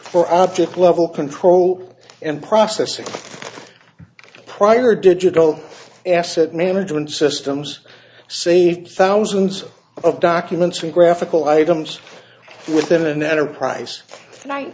for object level control and processing prior digital asset management systems save thousands of documents from graphical items within an enterprise